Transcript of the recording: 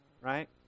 right